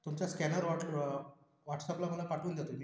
तुमचा scanner what व्हाट्सअपला मला पाठवून द्या तुम्ही